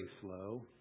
slow